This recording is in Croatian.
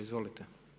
Izvolite.